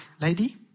lady